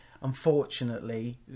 unfortunately